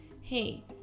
Hey